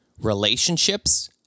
relationships